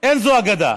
אין זו אגדה?